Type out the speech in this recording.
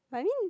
but I mean